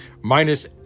Minus